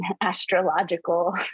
astrological